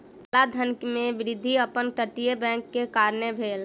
काला धन में वृद्धि अप तटीय बैंक के कारणें भेल